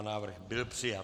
Návrh byl přijat.